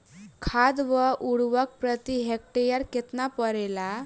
खाद व उर्वरक प्रति हेक्टेयर केतना परेला?